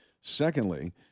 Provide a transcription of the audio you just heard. Secondly